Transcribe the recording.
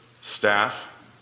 staff